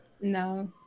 no